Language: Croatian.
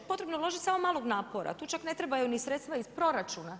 Potrebno je uložiti samo malo napora, tu čak ne trebaju ni sredstva iz proračuna.